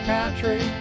Country